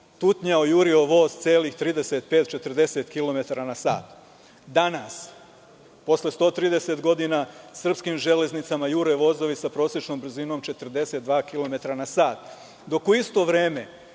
tutnjao, jurio voz celih 35-40 km na sat. Danas, posle 130 godina Srpskim železnicama jure vozovi sa prosečnom brzinom 42 km na sat. Dok u isto vreme